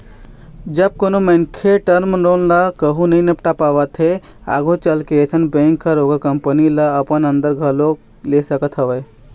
जब कोनो मनखे टर्म लोन ल कहूँ नइ पटा पावत हे आघू चलके अइसन बेंक ह ओखर कंपनी ल अपन अंदर घलोक ले सकत हवय